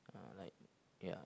uh like ya